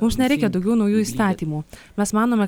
mums nereikia daugiau naujų įstatymų mes manome